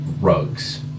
rugs